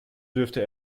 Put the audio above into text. dürfte